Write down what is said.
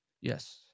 Yes